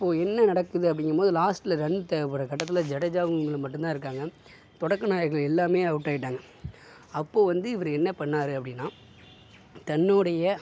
அப்போது என்ன நடக்குது அப்படிங்கும்போது லாஸ்டில் ரன் தேவைப்படற கட்டத்தில் ஜடேஜாவும் இவங்களும் மட்டும்தான் இருக்காங்க தொடக்க எல்லாமே அவுட் ஆயிட்டாங்க அப்போ வந்து இவரு என்ன பண்ணிணாரு அப்படீனா தன்னுடைய